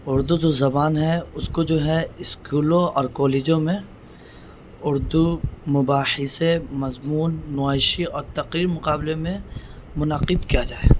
اردو جو زبان ہے اس کو جو ہے اسکولوں اور کالجوں میں اردو مباحثے مضمون نائشی اور تقریر مقابلے میں منعقد کیا جائے